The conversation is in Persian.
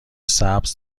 سبز